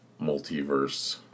multiverse